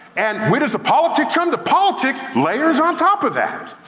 and where does the politic turn? the politics layers on top of that.